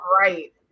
right